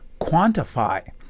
quantify